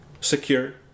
Secure